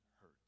hurt